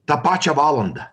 tą pačią valandą